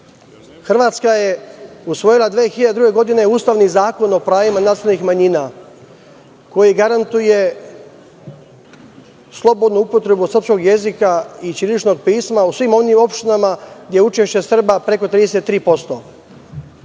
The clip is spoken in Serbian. Srbe. Hrvatska je usvojila 2002. godine Ustavni zakon o pravima nacionalnih manjina, koji garantuje slobodnu upotrebu srpskog jezika i ćiriličnog pisma u svim onim opštinama gde je učešće Srba preko 33%.